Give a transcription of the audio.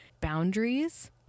boundaries